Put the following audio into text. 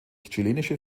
chilenische